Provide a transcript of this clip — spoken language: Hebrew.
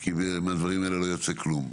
כי מהדברים האלה לא יוצא כלום.